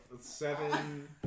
seven